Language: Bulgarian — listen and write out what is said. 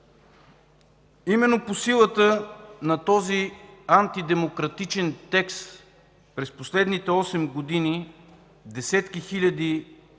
Именно по силата на този антидемократичен текст през последните осем години десетки хиляди